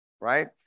right